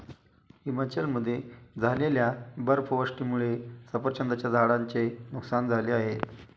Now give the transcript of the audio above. हिमाचलमध्ये झालेल्या बर्फवृष्टीमुळे सफरचंदाच्या झाडांचे नुकसान झाले आहे